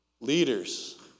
Leaders